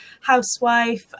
housewife